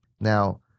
Now